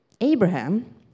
Abraham